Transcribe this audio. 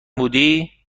بودی